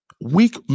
Weak